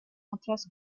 otras